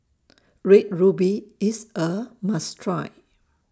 Red Ruby IS A must Try